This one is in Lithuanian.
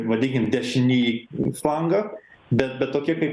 vadinkim dešinįjį flangą bet bet tokie kaip